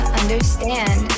understand